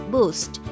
Boost